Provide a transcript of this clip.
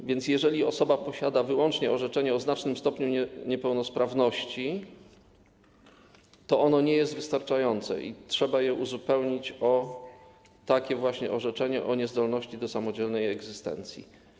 A więc jeżeli osoba posiada wyłącznie orzeczenie o znacznym stopniu niepełnosprawności, to ono nie jest wystarczające i trzeba je uzupełnić o takie właśnie orzeczenie o niezdolności do samodzielnej egzystencji.